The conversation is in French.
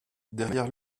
derrière